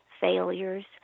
failures